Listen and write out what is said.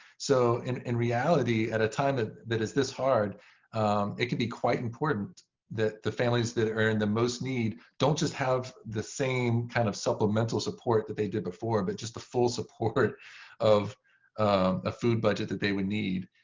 so in in reality, at a time that that is this, hard it could be quite important that the families that earn the most need don't just have the same kind of supplemental support that they did before, but just the full support of a food budget that they would need